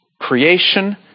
creation